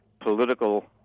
political